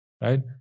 right